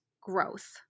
growth